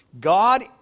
God